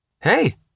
Hey